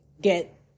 get